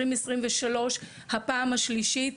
הפעם השלישית,